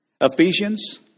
Ephesians